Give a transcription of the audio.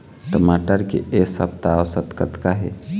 टमाटर के एक सप्ता औसत कतका हे?